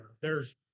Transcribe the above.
theres